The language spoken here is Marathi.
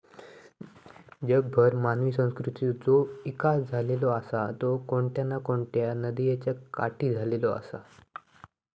जगभर मानवी संस्कृतीचा जो इकास झालेलो आसा तो कोणत्या ना कोणत्या नदीयेच्या काठी झालेलो आसा